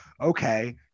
okay